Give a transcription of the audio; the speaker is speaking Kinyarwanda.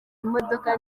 imodoka